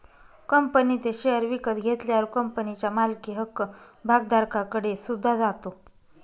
कंपनीचे शेअर विकत घेतल्यावर कंपनीच्या मालकी हक्क भागधारकाकडे सुद्धा जातो